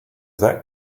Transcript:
that